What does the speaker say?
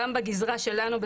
גם בגזרה שלנו,